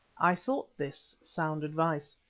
i thought this sound advice.